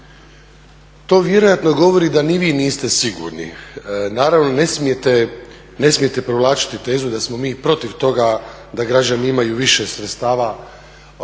To vjerojatno govori da ni vi niste sigurni. Naravno ne smijete provlačiti tezu da smo mi protiv toga da građani imaju više sredstava